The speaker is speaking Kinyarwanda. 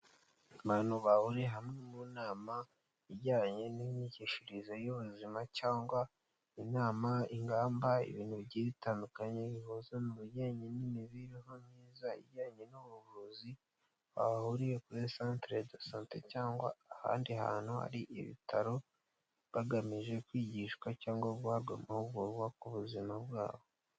Abantu bahuriye hamwe mu nama ijyanye n'imyigishirize y'ubuzima cyangwa inama y'ingamba ibintu bigira itandukanye, bihuza mu bijyanye n'imibereho myiza ijyanye n'ubuvuzi, bahuriye kuri Santere do sante cyangwa ahandi hantu hari ibitaro bagamije kwigishwa cyangwa guhabwa amahugurwa ku buzima bwabo.